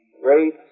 great